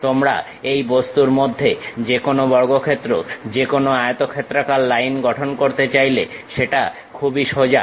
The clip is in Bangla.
তোমরা এই বস্তুর মধ্যে যেকোনো বর্গক্ষেত্র যেকোনো আয়তক্ষেত্রাকার লাইন গঠন করতে চাইলে সেটা খুবই সোজা